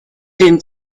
den